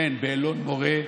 באלון מורה,